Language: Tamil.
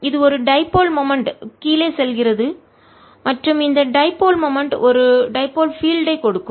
எனவே இது ஒரு டைபோல் இருமுனை மொமெண்ட் கீழே செல்கிறது மற்றும் இந்த டைபோல் இருமுனை மொமெண்ட் ஒரு டைபோல் இருமுனை பீல்ட் ஐ புலத்தை கொடுக்கும்